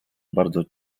bardzo